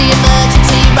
emergency